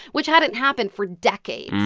which hadn't happened for decades,